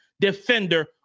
defender